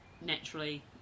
naturally